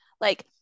Like-